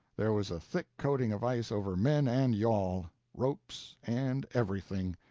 there was a thick coating of ice over men and yawl, ropes, and everything,